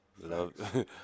Love